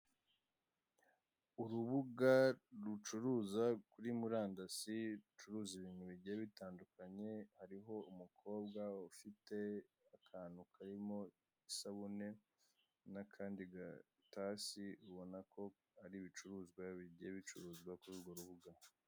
Urubuga rucuruza kuri murandasi, rucuruza ibintu bigiye bitandukanye. Hariho umukobwa ufite akantu karimo isabune n'akandi gatasi, ubonako ari ibicuruzwa bigiye bicuruzwa kuri urwo rubuga.